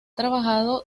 trabajado